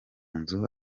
nzu